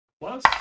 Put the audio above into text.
Plus